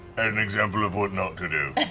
an example of what not to do.